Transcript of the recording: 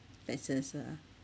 taxes ah